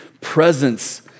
presence